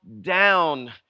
down